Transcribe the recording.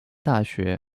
大学